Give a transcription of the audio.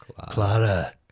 Clara